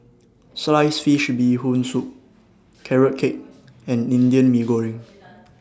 Sliced Fish Bee Hoon Soup Carrot Cake and Indian Mee Goreng